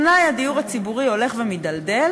אולי הדיור הציבורי הולך ומידלדל.